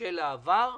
בשל העבר,